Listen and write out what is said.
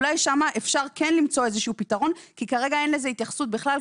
אולי שם אפשר כן למצוא איזשהו פתרון כי כרגע אין לזה התייחסות בכלל.